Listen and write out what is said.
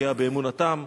פוגע באמונתם,